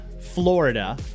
Florida